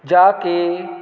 ਜਾ ਕੇ